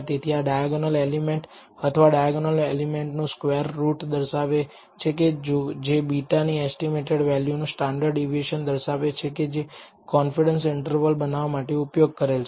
તેથી આ diagonal element અથવા ડાયાગોનલ એલિમેન્ટ નું સ્ક્વેર રૂટ દર્શાવે છે કે જે β ની એસ્ટીમેટેડ વેલ્યુ નું સ્ટાન્ડર્ડ ડેવિએશન દર્શાવે છે કે જે કોન્ફિડન્સ ઇન્ટરવલ બનાવવા માટે ઉપયોગ કરેલ છે